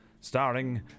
starring